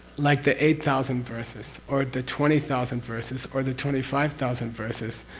like the eight thousand verses, or the twenty thousand verses, or the twenty five thousand verses,